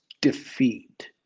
defeat